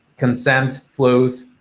consent flows.